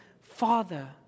father